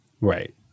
Right